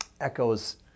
echoes